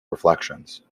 reflections